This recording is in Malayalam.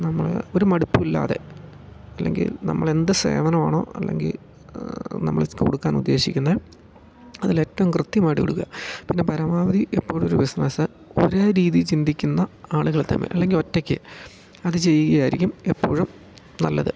നമ്മൾ ഒരു മടുപ്പുമില്ലാതെ അല്ലെങ്കിൽ നമ്മൾ എന്ത് സേവനമാണോ അല്ലെങ്കിൽ നമ്മൾ കൊടുക്കാൻ ഉദ്ദേശിക്കുന്നത് അതിലേറ്റം കൃത്യമായിട്ട് കൊടുക്കുക പിന്നെ പരമാവധി എപ്പോഴും ഒരു ബിസിനസ് ഒരേ രീതീ ചിന്തിക്കുന്ന ആളുകൾ തമ്മിൽ അല്ലെങ്കിൽ ഒറ്റയ്ക്ക് അത് ചെയ്യുകയായിരിക്കും എപ്പോഴും നല്ലത്